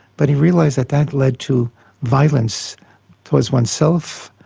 but he realised that that led to violence towards oneself,